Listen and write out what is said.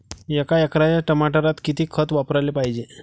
एका एकराच्या टमाटरात किती खत वापराले पायजे?